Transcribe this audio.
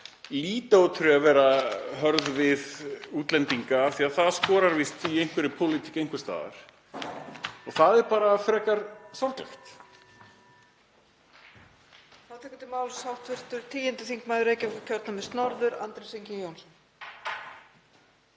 líta út fyrir að vera hörð við útlendinga af því það skorar víst í einhverri pólitík einhvers staðar og það er bara frekar sorglegt.